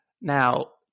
Now